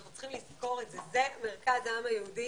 אנחנו צריכים לזכור את זה, זה מרכז העם היהודי